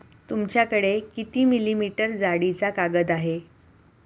तुमच्याकडे किती मिलीमीटर जाडीचा कागद आहे?